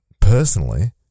personally